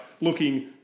looking